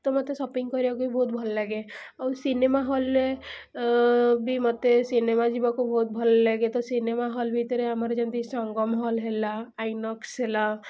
ତ ମୋତେ ସପିଙ୍ଗ୍ କରିଆକୁ ବି ବହୁତ ଭଲ ଲାଗେ ଆଉ ସିନେମା ହଲ୍ରେ ବି ମୋତେ ସିନେମା ଯିବାକୁ ବହୁତ ଭଲ ଲାଗେ ତ ସିନେମା ହଲ୍ ଭିତରେ ଯେମିତି ସଙ୍ଗମ୍ ହଲ୍ ହେଲା ଆଇନକ୍ସ୍ ହେଲା